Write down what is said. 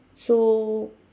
so